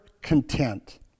content